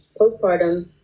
postpartum